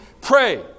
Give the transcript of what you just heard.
pray